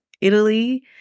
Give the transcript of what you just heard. Italy